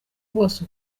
bose